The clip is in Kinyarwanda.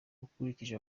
ukurikije